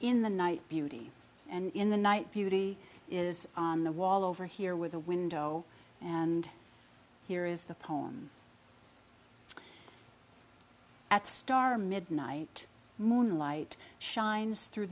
in the night beauty and in the night beauty is on the wall over here with the window and here is the poem at star midnight moonlight shines through